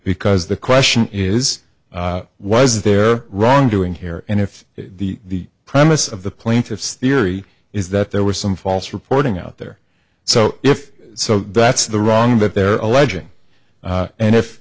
because the question is was there wrongdoing here and if the premise of the plaintiff's theory is that there were some false reporting out there so if so that's the wrong that they're alleging and if